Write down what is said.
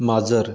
माजर